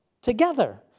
Together